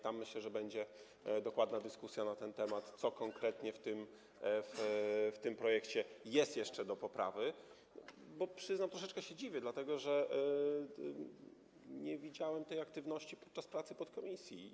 Tam, myślę, będzie dokładna dyskusja na ten temat, co konkretnie w tym projekcie jest jeszcze do poprawienia, choć przyznam, że troszeczkę się dziwię, dlatego że nie widziałem tej aktywności podczas pracy podkomisji.